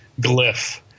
glyph